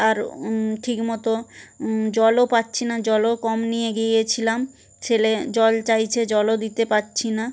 আর ঠিকমতো জলও পাচ্ছি না জলও কম নিয়ে গিয়েছিলাম ছেলে জল চাইছে জলও দিতে পারছি না